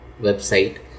website